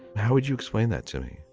how would you explain that to me?